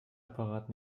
apparat